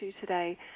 today